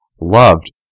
loved